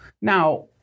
now